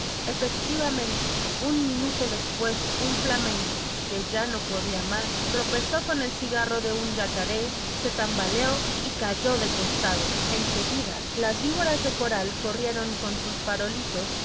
efectivamente un minuto después un flamenco que ya no podía más tropezó con un yacaré se tambaleó y cayó de costado en seguida las víboras de coral corrieron con sus farolitos